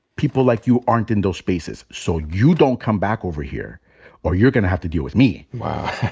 people like you aren't in those spaces. so you don't come back over here or you'll gonna have to deal with me. wow.